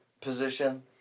position